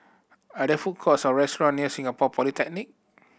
are there food courts or restaurant near Singapore Polytechnic